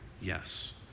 Yes